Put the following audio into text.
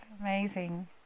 amazing